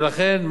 ולכן,